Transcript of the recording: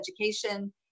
education